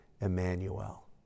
Emmanuel